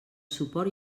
suport